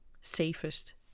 safest